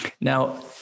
Now